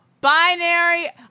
binary